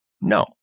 No